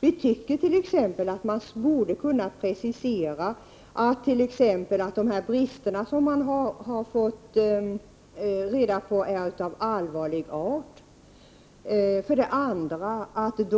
Vi tycker att man borde kunna precisera att t.ex. de brister som man har fått reda på är av allvarlig art, att det